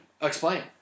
Explain